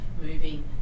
moving